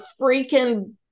freaking